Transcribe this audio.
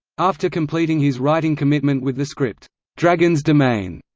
after completing his writing commitment with the script dragon's domain.